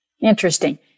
Interesting